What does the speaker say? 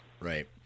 Right